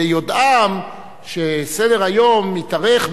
ביודעם שסדר-היום מתארך,